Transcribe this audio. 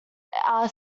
are